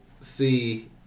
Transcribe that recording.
see